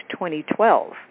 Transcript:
2012